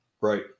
right